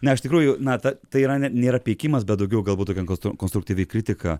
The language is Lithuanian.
na iš tikrųjų na ta tai yra ne nėra pykimas bet daugiau galbūt tokia konstruktyvi kritika